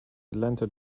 atlanta